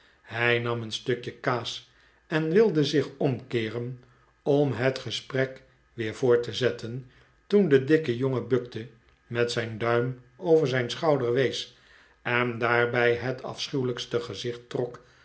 hij nam een stukje kaas en wilde zich omkeeren om het gesprek weer voort te zetten toen de dikke jongen bukte met zijn duim over zijn schouder wees en daarbij het afschuwelijkste gezicht trok